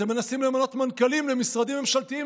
אתם מנסים למנות מנכ"לים למשרדים ממשלתיים,